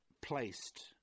placed